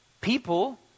People